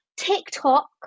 tiktok